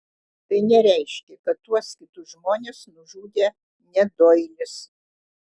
tai nereiškia kad tuos kitus žmones nužudė ne doilis